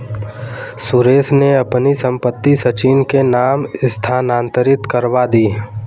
सुरेश ने अपनी संपत्ति सचिन के नाम स्थानांतरित करवा दी